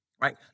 right